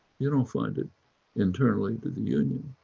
you don't find it internally to the union.